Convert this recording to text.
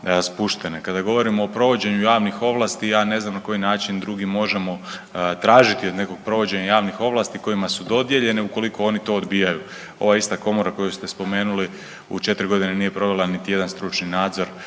komorama spuštene. Kada govorimo o provođenju javnih ovlasti ja ne znam na koji način drugi način možemo tražiti od nekoga provođenje javnih ovlasti kojima su dodijeljene ukoliko oni to odbijaju. Ova ista komora koju ste spomenuli u 4 godine nije provela niti jedan stručni nadzor,